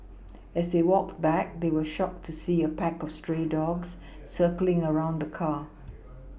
as they walked back they were shocked to see a pack of stray dogs circling around the car